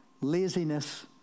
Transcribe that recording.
laziness